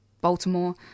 Baltimore